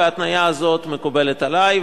וההתניה הזאת מקובלת עלי.